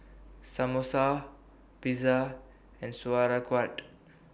Samosa Pizza and Sauerkraut